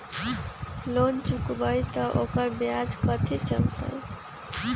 Loan चुकबई त ओकर ब्याज कथि चलतई?